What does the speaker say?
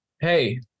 hey